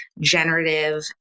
generative